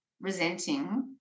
resenting